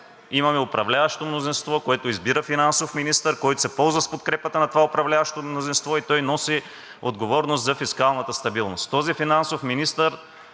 имаме управляващо мнозинство, което избира финансов министър, който се ползва с подкрепата на това управляващо мнозинство, и той носи отговорност за фискалната стабилност. Този финансов министър